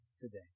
today